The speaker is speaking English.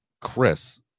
Chris